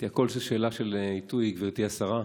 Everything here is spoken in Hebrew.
הכול זה שאלה של עיתוי, גברתי השרה.